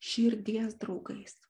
širdies draugais